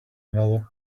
another